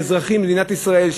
באזרחי מדינת ישראל,